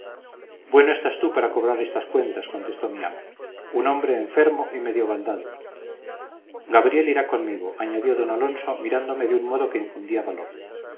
bueno estás tú para cobrar estas cuentas contestó mi ama un hombre enfermo y medio baldado gabriel irá conmigo añadió d alonso mirándome de un modo que infundía valor